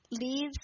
Leaves